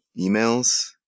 emails